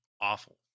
awful